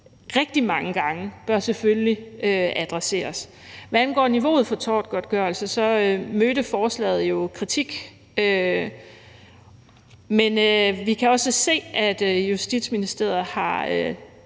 rigtig mange gange, bør selvfølgelig adresseres. Hvad angår niveauet for tortgodtgørelse, mødte forslaget jo kritik. Men vi kan også se, at Justitsministeriet